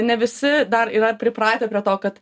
ne visi dar yra pripratę prie to kad